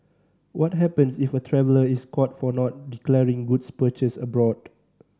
what happens if a traveller is caught for not declaring goods purchased abroad